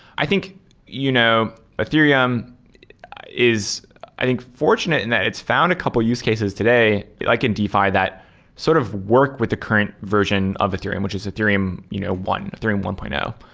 i think you know ethereum is i think fortunate in that it's found a couple use cases today like in defi that sort of work with the current version of ethereum, which is ethereum you know one, ethereum one point zero.